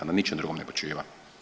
Na ničem drugom ne počiva.